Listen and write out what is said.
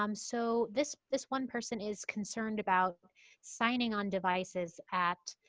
um so, this this one person is concerned about signing on devices at,